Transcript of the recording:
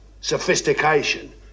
sophistication